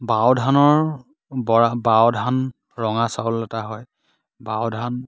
বাও ধানৰ বৰা বাও ধান ৰঙা চাউল এটা হয় বাও ধান